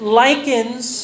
likens